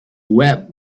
web